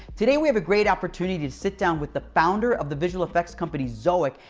today, we have a great opportunity to sit down with the founder of the visual effects company zoic,